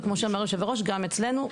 וכמו שאמר יושב הראש, גם אצלנו.